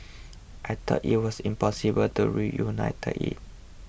I thought it was impossible to reunited